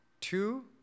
Two